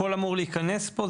הכל אמור להיכנס פה?